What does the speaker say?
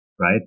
right